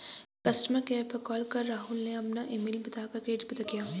customer care पर call कर राहुल ने अपना ईमेल बता कर क्रेडिट पता किया